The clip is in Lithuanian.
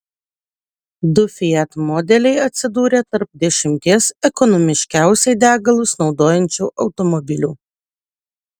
du fiat modeliai atsidūrė tarp dešimties ekonomiškiausiai degalus naudojančių automobilių